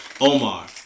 Omar